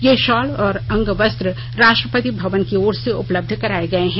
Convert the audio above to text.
ये शॉल और अंग वस्त्र राष्ट्रापति भवन की ओर से उपलब्ध कराए गए हैं